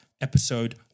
episode